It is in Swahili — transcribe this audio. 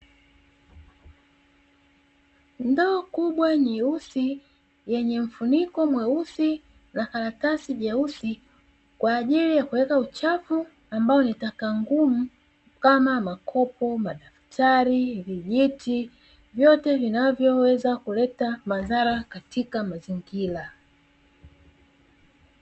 Ndoo kubwa nyeusi yenye mfuniko mweusi na karatasi nyeusi, kwa ajili ya kuweka uchafu ambao nitakaa ngumu, kama; makopo, madaftari vijiti vyote vinavyoweza kuleta madhara katika mazingira.